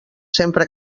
sempre